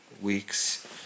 weeks